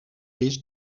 riche